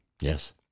Yes